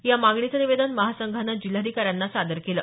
या मागणीचं निवेदन महासंघानं जिल्हाधिकाऱ्यांना सादर केलं